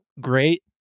great